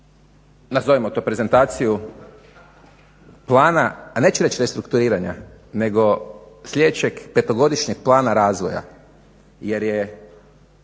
nazovimo to prezentaciju Plana neću reć restrukturiranja nego sljedećeg petogodišnjeg plana razvoja